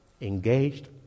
engaged